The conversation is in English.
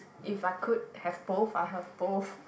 if I could have both I have both